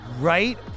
Right